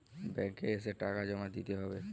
Bank এ এসে টাকা জমা দিতে হবে?